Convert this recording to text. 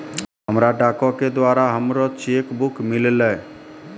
हमरा डाको के द्वारा हमरो चेक बुक मिललै